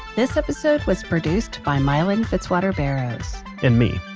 this episode was produced by miellyn fitzwater barrows and me.